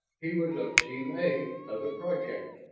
he was of team a of the project!